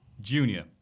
Junior